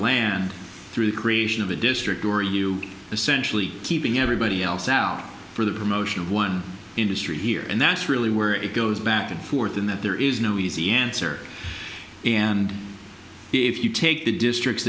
land through the creation of a district or you essentially keeping everybody else out for the promotion of one industry here and that's really where it goes back and forth in that there is no easy answer and if you take the districts